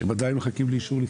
הם עדיין מחכים לאישור לפתוח.